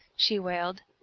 she wailed.